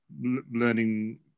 learning